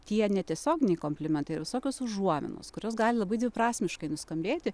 tie netiesioginiai komplimentai yra visokios užuominos kurios gali labai dviprasmiškai nuskambėti